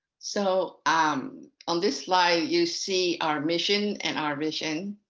so um on this slide you see our mission and our vision.